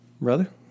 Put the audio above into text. brother